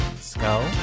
Skull